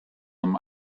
einem